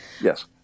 yes